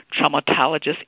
traumatologist